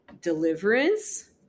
deliverance